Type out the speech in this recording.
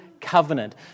covenant